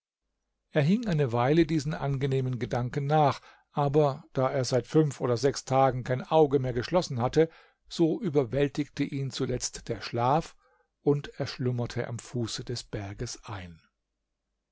er hing eine weile diesen angenehmen gedanken nach aber da er seit fünf oder sechs tagen kein auge mehr geschlossen hatte so überwältigte ihn zuletzt der schlaf und er schlummerte am fuße des berges ein